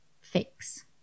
fix